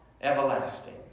everlasting